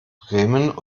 bremen